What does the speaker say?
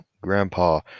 grandpa